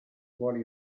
vuole